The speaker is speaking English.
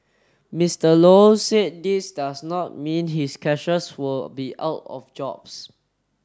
Mister Low said this does not mean his cashiers will be out of jobs